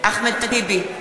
אחמד טיבי,